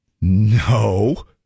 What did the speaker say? no